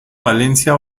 valencia